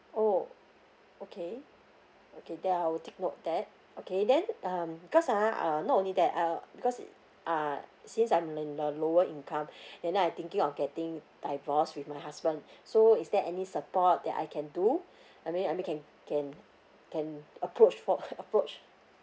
oh okay okay then I'll take note of that okay then um because ah uh not only that uh because uh since I'm in the lower income then I'm thinking of getting divorce with my husband so is there any support that I can do I mean I mean can can can approach for approach